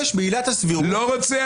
בעילת הסבירות כדי למנוע --- לא רוצה.